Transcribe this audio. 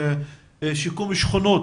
שיקום שכונות.